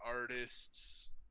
artists